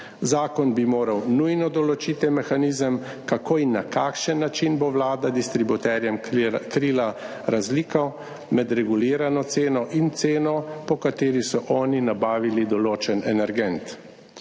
Zakon bi moral nujno določiti mehanizem, kako in na kakšen način bo Vlada distributerjem krila razliko med regulirano ceno in ceno, po kateri so oni nabavili določen energent.